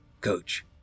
Coach